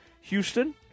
Houston